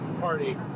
party